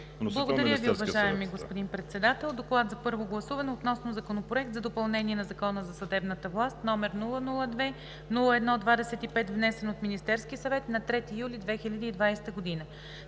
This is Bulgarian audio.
Благодаря Ви, уважаеми господин Председател. „ДОКЛАД относно Законопроект за допълнение на Закона за съдебната власт, № 002-01-25, внесен от Министерския съвет на 3 юли 2020 г.